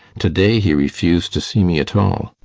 to-day he refused to see me at all.